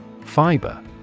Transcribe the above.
Fiber